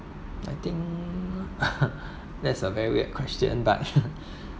I think that's a very weird question but